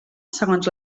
segons